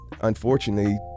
Unfortunately